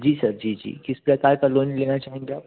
जी sir जी जी किस प्रकार का लोन लेना चाहेंगे आप